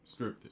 Scripted